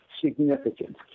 significant